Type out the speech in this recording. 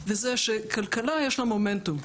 וזה שכלכלה יש לה מומנטום,